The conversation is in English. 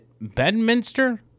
Bedminster